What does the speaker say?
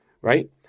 Right